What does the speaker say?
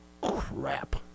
crap